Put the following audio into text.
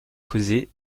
causé